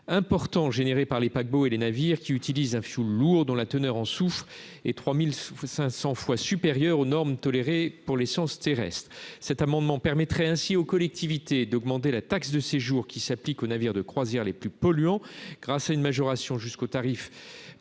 importants générée par les paquebots et les navires qui utilise à fioul lourd dont la teneur en soufre et 3500 fois supérieurs aux normes tolérées pour les sciences terrestres cet amendement permettrait ainsi aux collectivités d'augmenter la taxe de séjour qui s'applique aux navires de croisière les plus polluants grâce à une majoration jusqu'au tarif